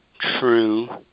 True